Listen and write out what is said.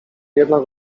jednak